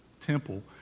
temple